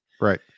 right